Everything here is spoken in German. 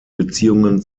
beziehungen